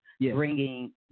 bringing